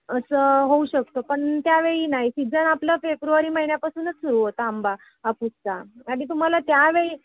असं होऊ शकतं पण त्यावेळी नाही सीजन आपलं फेब्रुवारी महिन्यापासूनच सुरू होता आंबा हापुसचा आणि तुम्हाला त्यावेळी